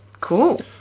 Cool